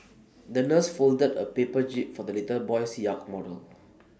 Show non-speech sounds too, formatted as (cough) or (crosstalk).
(noise) the nurse folded A paper jib for the little boy's yacht model